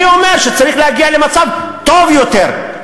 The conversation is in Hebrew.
אני אומר שצריך להגיע למצב טוב יותר,